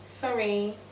sorry